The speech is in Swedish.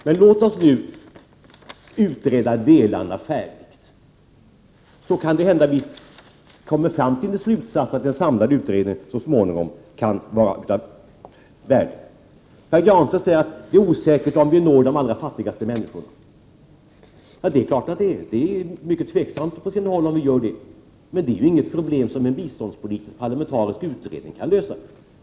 Men låt oss utreda delarna färdigt, så kan det hända att vi kommer fram till slutsatsen att en samlad utredning så småningom kan vara av värde. Pär Granstedt säger att det är osäkert om vi når de allra fattigaste människorna. Det är klart att det är. Det är mycket tveksamt på sina håll om vi gör det. Men det är inget problem som en biståndspolitisk parlamentarisk utredning kan lösa.